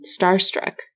Starstruck